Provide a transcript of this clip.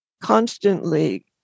constantly